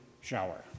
shower